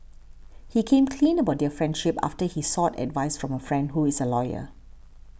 he came clean about their friendship after he sought advice from a friend who is a lawyer